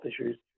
issues